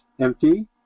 empty